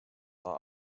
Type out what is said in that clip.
are